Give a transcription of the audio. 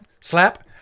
slap